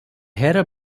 ଢେର